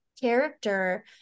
character